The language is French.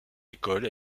école